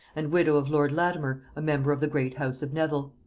and widow of lord latimer, a member of the great house of nevil.